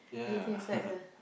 yeah